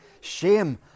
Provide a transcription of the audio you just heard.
shame